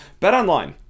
BetOnline